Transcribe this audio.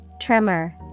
tremor